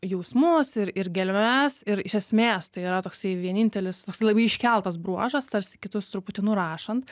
jausmus ir ir gelmes ir iš esmės tai yra toksai vienintelis toks labai iškeltas bruožas tarsi kitus truputį nurašant